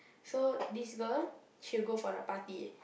so this girl she will go for the party